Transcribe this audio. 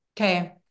Okay